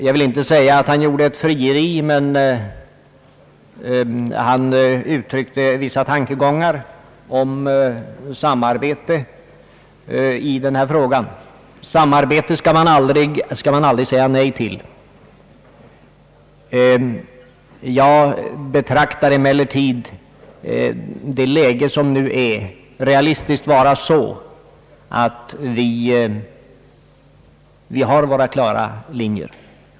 Jag vill inte påstå att han framförde ett frieri, men han uttryckte vissa tankegångar om samarbete i den här frågan. Samarbete skall man aldrig säga nej till, det är min maxim. Jag betraktar emellertid det läge som nu uppstått realistiskt vara det, att läget är låst.